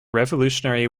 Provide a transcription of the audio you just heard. revolutionary